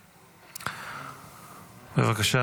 בבקשה,